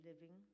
living